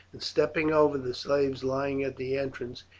and stepping over the slaves lying at the entrance,